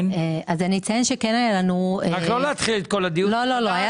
אני רק אציין שהיה לנו שיח מפרה,